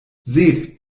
seht